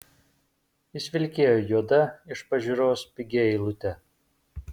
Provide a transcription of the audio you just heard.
jis vilkėjo juoda iš pažiūros pigia eilute